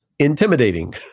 Intimidating